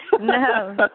No